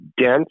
dense